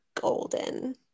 golden